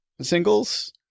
Singles